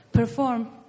perform